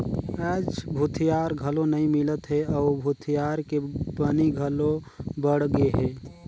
आयज भूथिहार घलो नइ मिलत हे अउ भूथिहार के बनी घलो बड़ गेहे